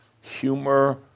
humor